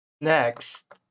next